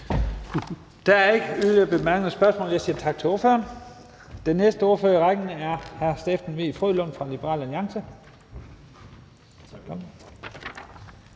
Der er ikke yderligere bemærkninger eller spørgsmål. Jeg siger tak til ordføreren. Den næste ordfører i rækken er hr. Steffen W. Frølund fra Liberal Alliance.